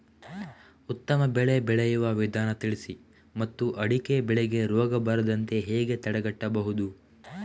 ಉತ್ತಮ ಬೆಳೆ ಬೆಳೆಯುವ ವಿಧಾನ ತಿಳಿಸಿ ಮತ್ತು ಅಡಿಕೆ ಬೆಳೆಗೆ ರೋಗ ಬರದಂತೆ ಹೇಗೆ ತಡೆಗಟ್ಟಬಹುದು?